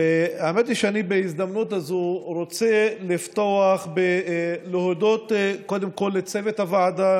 האמת היא שבהזדמנות הזאת אני רוצה לפתוח בלהודות קודם כול לצוות הוועדה,